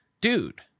Dude